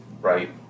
right